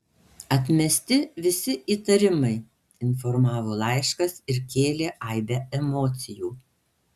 atmesti visi įtarimai informavo laiškas ir kėlė aibę emocijų